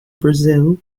brazil